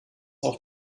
auch